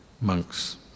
monks